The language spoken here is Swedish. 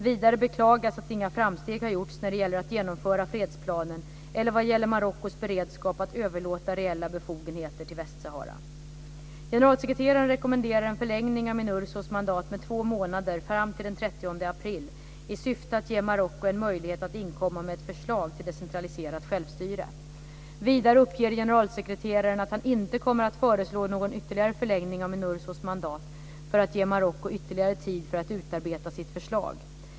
Vidare beklagas att inga framsteg har gjorts när det gäller att genomföra fredsplanen eller vad gäller Marockos beredskap att överlåta reella befogenheter till Generalsekreteraren rekommenderar en förlängning av Minursos mandat med två månader fram till den 30 april i syfte att ge Marocko en möjlighet att inkomma med ett förslag till decentraliserat självstyre. Vidare uppger generalsekreteraren att han inte kommer att föreslå någon ytterligare förlängning av Minursos mandat för att ge Marocko ytterligare tid för att utarbeta sitt förslag.